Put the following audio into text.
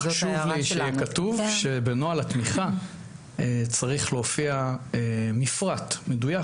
חשוב לי שיהיה כתוב שבנוהל התמיכה צריך להופיע מפרט מדויק,